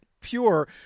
pure